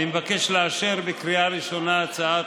אני מבקש לאשר בקריאה ראשונה את הצעת